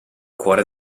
cuore